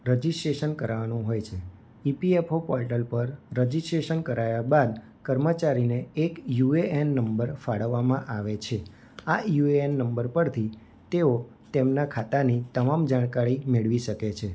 registration કરાવવાનું હોય છે ઈપીએફઓ પોર્ટલ પર રજીસ્ટ્રેશન કરાવ્યા બાદ કર્મચારીને એક યુ એ એન નંબર ફાળવવામાં આવે છે આ યુ એ એન નંબર પરથી તેઓ તેમના ખાતાની તમામ જાણકારી મેળવી શકે છે